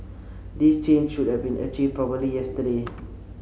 this change should have been achieved probably yesterday